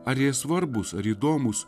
ar jie svarbūs ar įdomūs